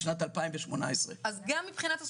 בשנת 2018. גם מבחינת הסכומים,